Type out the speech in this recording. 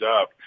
up